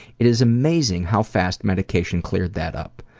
it is amazing how fast mediation cleared that up.